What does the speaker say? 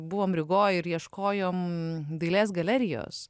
buvom rygoj ir ieškojom dailės galerijos